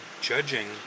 judging